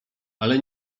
ale